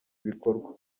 bikorwa